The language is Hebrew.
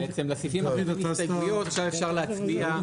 אחרי ההסתייגויות עכשיו אפשר להצביע על